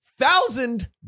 thousand